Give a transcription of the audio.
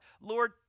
Lord